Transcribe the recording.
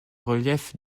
relief